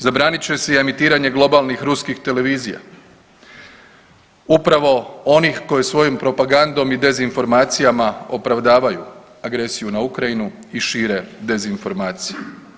Zabranit će se i emitiranje globalnih ruskih televizija upravo onih koji svojom propagandom i dezinformacijama opravdavaju agresiju na Ukrajinu i šire dezinformacije.